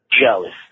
jealous